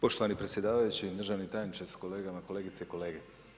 Poštovani predsjedavajući, državni tajniče sa kolegama, kolegice i kolege.